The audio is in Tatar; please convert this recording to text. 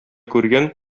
күргән